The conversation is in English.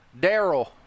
Daryl